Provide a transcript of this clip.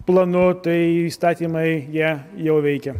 planu tai įstatymai jie jau veikia